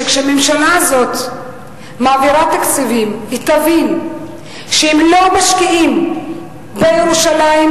שכשהממשלה הזאת מעבירה תקציבים היא תבין שאם לא משקיעים בירושלים,